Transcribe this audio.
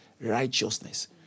righteousness